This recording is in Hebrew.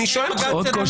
אני שואל אתכם.